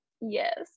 Yes